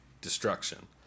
destruction